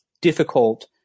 difficult